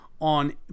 on